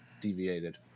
deviated